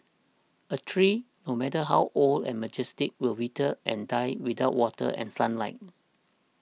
a tree no matter how old and majestic will wither and die without water and sunlight